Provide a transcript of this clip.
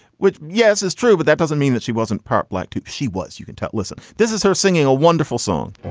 which, yes, is true. but that doesn't mean that she wasn't part black. she was. you can tell. listen, this is her singing a wonderful song